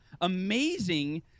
amazing